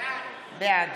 בעד